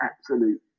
absolute